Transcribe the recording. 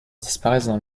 disparaissent